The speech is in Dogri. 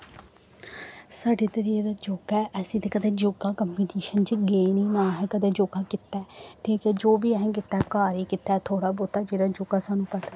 साढ़े इद्धर जेह्ड़ा योग ऐ असें ते कदें योग कंपिटिशन च गे निं नां असें कदें योग कीता ऐ ठीक ऐ जो बी कीता ऐ घर ही कीता ओह थोह्ड़ा बौह्ता जेह्ड़ा योग सानूं पता ऐ